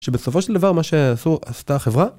שבסופו של דבר מה שעשו עשתה החברה